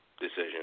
decision